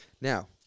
Now